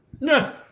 No